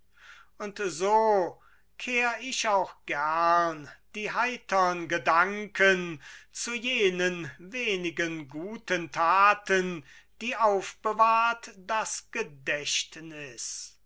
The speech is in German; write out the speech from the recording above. und so kehr ich auch gern die heitern gedanken zu jenen wenigen guten taten die aufbewahrt das gedächtnis